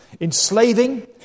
enslaving